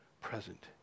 present